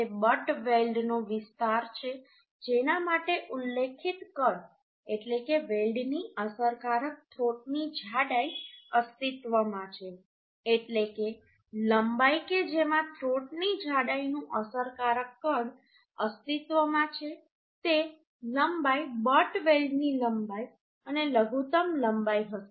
તે બટ વેલ્ડનો વિસ્તાર છે જેના માટે ઉલ્લેખિત કદ એટલે કે વેલ્ડની અસરકારક થ્રોટની જાડાઈ અસ્તિત્વમાં છે એટલે કે લંબાઈ કે જેમાં થ્રોટની જાડાઈનું અસરકારક કદ અસ્તિત્વમાં છે તે લંબાઈ બટ વેલ્ડની લંબાઈ અને લઘુત્તમ લંબાઈ હશે